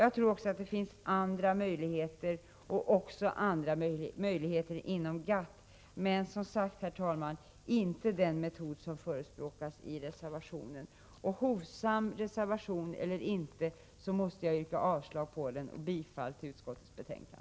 Jag tror också att det finns andra möjligheter, även inom GATT — men som sagt, herr talman, inte med den metod som förespråkas i reservationen. Oavsett om reservationen är hovsam eller inte måste jag yrka avslag på den och bifall till utskottets hemställan.